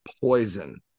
poison